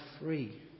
free